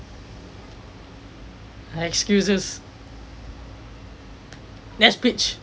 excuses that's pitch